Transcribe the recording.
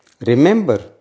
remember